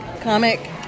comic